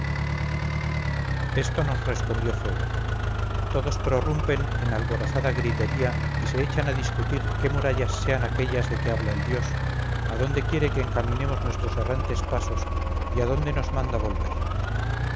esto nos respondió febo todos prorrumpen en alborozada gritería y se echan a discutir qué murallas sean aquellas de que habla el dios adónde quiere que encaminemos nuestros errantes pasos y adónde nos manda volver